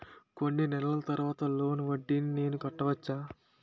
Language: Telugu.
కొన్ని నెలల తర్వాత లోన్ వడ్డీని నేను కట్టవచ్చా?